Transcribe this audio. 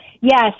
Yes